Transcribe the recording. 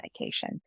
medication